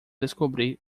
descobrir